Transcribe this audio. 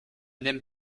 n’aime